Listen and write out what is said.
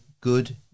good